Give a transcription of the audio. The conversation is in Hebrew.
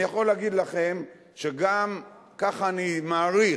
אני יכול להגיד לכם שגם, ככה אני מעריך,